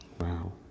Wow